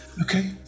Okay